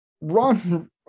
Ron